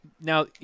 now